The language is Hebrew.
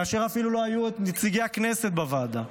כאשר אפילו עוד לא היו נציגי הכנסת בוועדה.